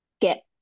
get